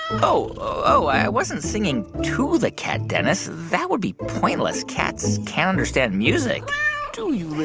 ah oh, i wasn't singing to that cat, dennis. that would be pointless. cats can't understand music do you,